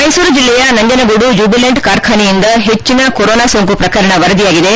ಮೈಸೂರು ಜಿಲ್ಲೆಯ ನಂಜನಗೂಡು ಜ್ಜುಬಿಲೆಂಟ್ ಕಾರ್ಖಾನೆಯಿಂದ ಹೆಚ್ಚಿನ ಕೊರೊನಾ ಸೋಂಕು ಪ್ರಕರಣ ವರದಿಯಾಗಿದೆ